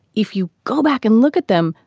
if you go back and look at them,